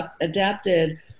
adapted